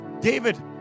David